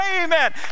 amen